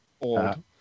old